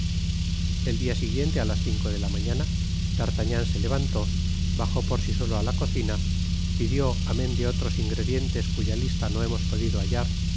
el dia siguiente álas cinco de la mañana d'artagnan se levantó bajó por sí solo á la cocina pidió amen de otros ingredientes cuya lista no hemos podido hallar